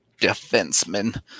defenseman